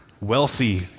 Wealthy